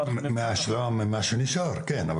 מההשלמה, ממה שנשאר, כן.